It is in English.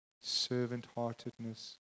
servant-heartedness